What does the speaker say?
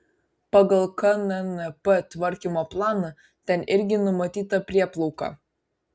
pagal knnp tvarkymo planą ten irgi numatyta prieplauka